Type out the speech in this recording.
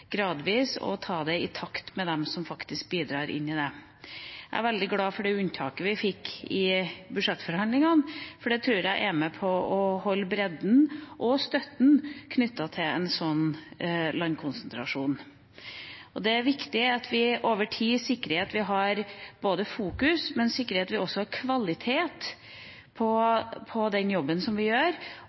gradvis og i takt med dem som faktisk bidrar inn i det. Jeg er veldig glad for det unntaket vi fikk i budsjettforhandlingene, for det tror jeg er med på å holde bredden og støtten knyttet til en sånn landkonsentrasjon. Det er viktig at vi over tid sikrer at vi har både fokus og kvalitet på den jobben vi gjør,